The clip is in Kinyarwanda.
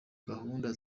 gahunda